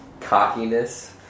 cockiness